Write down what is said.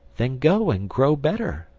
then go and grow better,